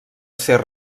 ser